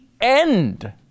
end